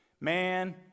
man